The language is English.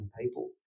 people